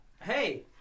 Hey